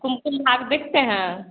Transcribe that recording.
कुमकुम भाग्य देखते हैं